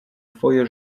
twoje